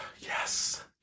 Yes